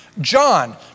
John